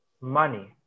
money